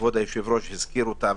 וכבוד היושב-ראש הזכיר אותה,